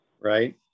Right